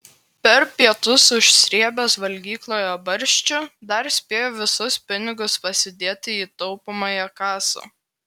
per pietus užsrėbęs valgykloje barščių dar spėjo visus pinigus pasidėti į taupomąją kasą